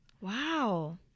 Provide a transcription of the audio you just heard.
Wow